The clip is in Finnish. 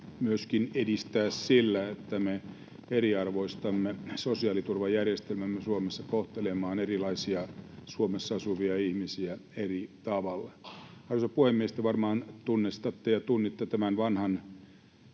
myöskin sillä, että me eriarvoistamme sosiaaliturvajärjestelmämme Suomessa kohtelemaan Suomessa asuvia erilaisia ihmisiä eri tavalla. Arvoisa puhemies! Te varmaan tunnistatte ja tunnette tämän vanhan